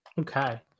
Okay